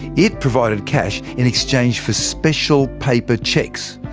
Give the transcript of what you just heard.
it provided cash in exchange for special paper cheques,